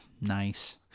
Nice